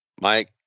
Mike